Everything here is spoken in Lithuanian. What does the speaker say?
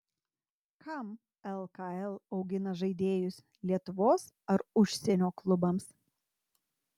kam lkl augina žaidėjus lietuvos ar užsienio klubams